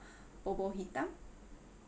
bubur hitam